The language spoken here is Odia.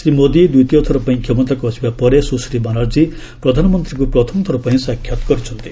ଶ୍ରୀ ମୋଦି ଦ୍ୱିତୀୟ ଥରପାଇଁ କ୍ଷମତାକୁ ଆସିବା ପରେ ସ୍ରଶ୍ରୀ ବାନାର୍ଜୀ ପ୍ରଧାନମନ୍ତ୍ରୀଙ୍କୁ ପ୍ରଥମ ଥରପାଇଁ ସାକ୍ଷାତ୍ କରିଛନ୍ତି